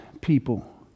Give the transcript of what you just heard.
people